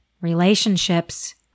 relationships